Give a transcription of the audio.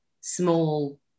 small